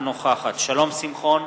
שלום שמחון,